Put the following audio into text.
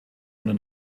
unter